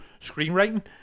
screenwriting